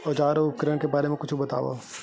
औजार अउ उपकरण के बारे मा कुछु बतावव?